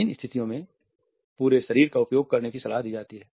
इन स्थितियों में पूरे शरीर का उपयोग करने की सलाह दी जाती है